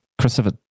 Christopher